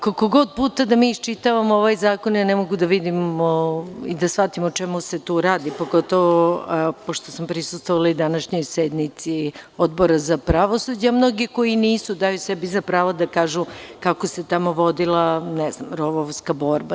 Koliko god puta da iščitavam ovaj zakon, ja ne mogu da vidim i da shvatim o čemu se tu radi, pogotovo pošto sam prisustvovala i današnjoj sednici Odbora za pravosuđe, a mnogi koji nisu daju sebi za pravo da kažu kako se tamo vodila rovovska borba.